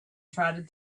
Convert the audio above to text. trotted